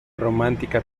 romántica